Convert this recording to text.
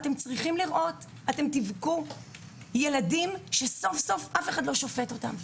אתם צריכים לראות ילדים שסוף סוף אחד לא שופט אותם,